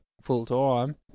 full-time